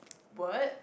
word